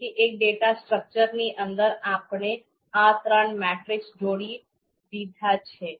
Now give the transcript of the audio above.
તેથી એક ડેટા સ્ટ્રક્ચરની અંદર આપણે આ ત્રણ મેટ્રિસીઝ જોડી દીધા છે